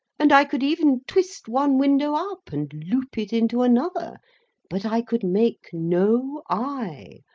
and i could even twist one window up and loop it into another but, i could make no eye,